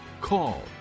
call